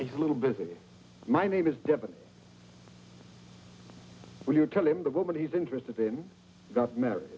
he's a little busy my name is devon would you tell him the woman he's interested in got married